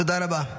תודה רבה.